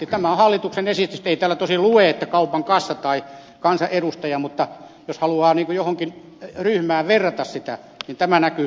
tämä on hallituksen esitys ei täällä tosin lue että kaupan kassa tai kansanedustaja mutta jos haluaa niin kuin johonkin ryhmään verrata sitä niin tämä näkyy